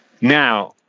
Now